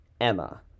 Emma